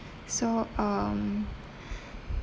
so um